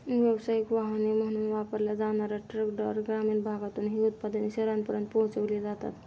व्यावसायिक वाहने म्हणून वापरल्या जाणार्या ट्रकद्वारे ग्रामीण भागातून ही उत्पादने शहरांपर्यंत पोहोचविली जातात